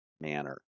manner